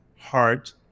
heart